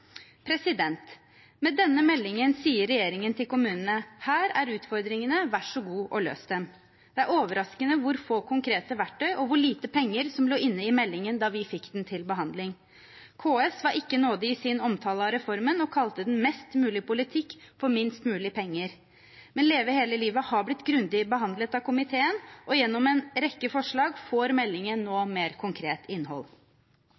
Med denne meldingen sier regjeringen til kommunene: Her er utfordringene, vær så god og løs dem. Det er overraskende hvor få konkrete verktøy og hvor lite penger som lå inne i meldingen da vi fikk den til behandling. KS var ikke nådig i sin omtale av reformen og kalte den: mest mulig politikk for minst mulig penger. Men Leve hele livet har blitt grundig behandlet av komiteen, og gjennom en rekke forslag får meldingen nå mer konkret innhold.